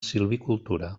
silvicultura